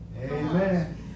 Amen